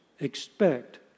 Expect